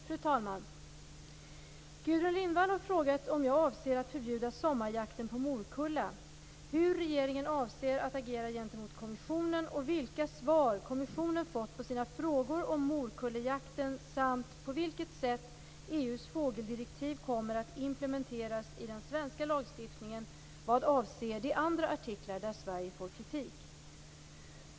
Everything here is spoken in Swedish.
Fru talman! Gudrun Lindvall har frågat mig om jag avser att förbjuda sommarjakten på morkulla, hur regeringen avser att agera gentemot kommissionen och vilka svar kommissionen har fått på sina frågor om morkulljakten samt på vilket sätt EU:s fågeldirektiv kommer att implementeras i den svenska lagstiftningen vad avser de andra artiklar där Sverige får kritik.